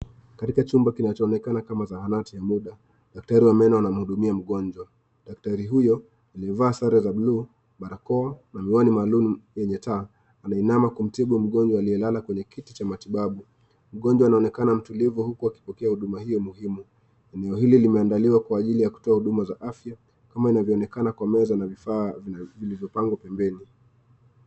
Katika chumba kinachoonekana kama zahanati ya muda, daktari wa meno anamhudumia mgonjwa. Daktari huyo, aliyevaa sare za blue , barakoa na miwani maalum yenye taa, anainama kumtibu mgonjwa aliyelala kwenye kiti cha matibabu. Mgonjwa anaonekana mtulivu huku akipokea huduma hiyo muhimu. Eneo hili limeandaliwa kwa ajili ya kutoa huduma za afya kama inavyoonekana kwa meza na vifaa vilivyopangwa pembeni.